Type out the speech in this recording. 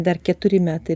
dar keturi metai